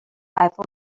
eiffel